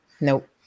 nope